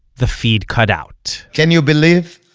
the feed cut out can you believe?